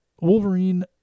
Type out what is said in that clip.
wolverine